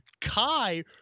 Kai